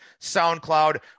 SoundCloud